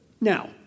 Now